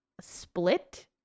split